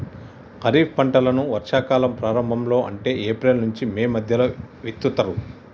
ఖరీఫ్ పంటలను వర్షా కాలం ప్రారంభం లో అంటే ఏప్రిల్ నుంచి మే మధ్యలో విత్తుతరు